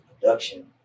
production